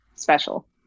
special